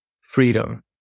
freedom